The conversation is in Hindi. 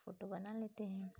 फोटो बना लेते हैं